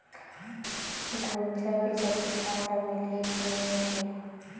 गुनजा बिजा किसान ल मिलही की नी मिलही?